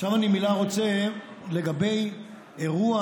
עכשיו אני רוצה מילה לגבי אירוע